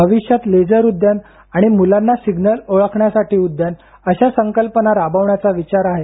भविष्यात लेझर उद्यान आणि मुलांना सिग्नल ओळखण्यासाठी उद्यान अशा संकल्पना राबवण्याचा विचार आहे